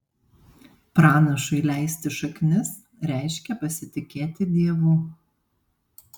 pranašui leisti šaknis reiškia pasitikėti dievu